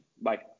Bye